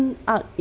certain art is